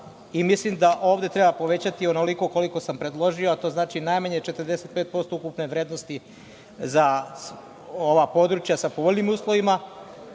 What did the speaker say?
Mislim da ovde treba povećati onoliko koliko sam predložio, a to znači najmanje 45% ukupne vrednosti za ova područja sa povoljnijim uslovima,